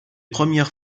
premières